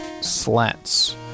slats